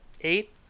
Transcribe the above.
Eight